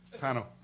Panel